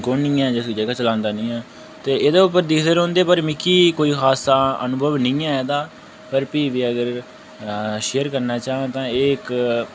कु'न निं ऐ जेह्ड़ा चलांदा निं ऐ ते एह्दे उप्पर दिक्खदे रौह्ंदे पर मिगी कोई खासा अनुभव निं ऐ एह्दा पर भी बी अगर शेयर करना चाह्न तां एह् इक